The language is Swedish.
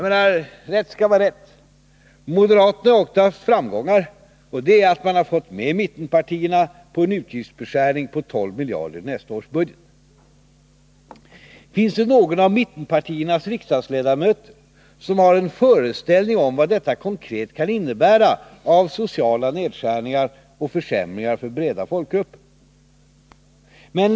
Men rätt skall vara rätt: Moderaterna har ofta haft framgångar genom att de fått med mittenpartierna på en utgiftsbeskärning på 12 miljarder kronor i nästa års budget. Finns det någon av mittenpartiernas riksdagsledamöter som har en föreställning om vad detta konkret kan innebära av sociala nedskärningar och försämringar för breda folkgrupper?